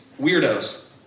weirdos